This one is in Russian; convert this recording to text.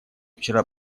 вчера